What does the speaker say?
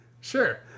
Sure